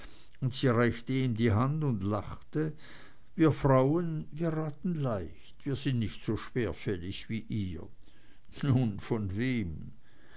sie reichte ihm die hand und lachte wir frauen wir raten leicht wir sind nicht so schwerfällig wie ihr nun von wem